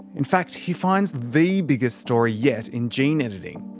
in fact, he finds the biggest story yet in gene editing.